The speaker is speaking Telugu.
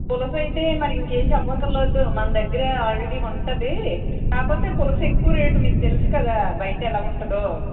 పులసయితే మరింకేం చెప్పక్కర్లెదూ మన దగ్గర ఆల్రెడీ ఉంటుంది కాకపోతే పులస ఎక్కువ రేటు మీకు తెలుసు కదా బయట ఎలా ఉంటుందో